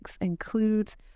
includes